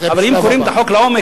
אבל אם קוראים את החוק לעומק,